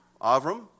Avram